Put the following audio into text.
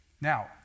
Now